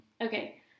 Okay